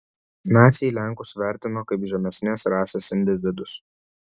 naciai lenkus vertino kaip žemesnės rasės individus